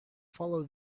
follow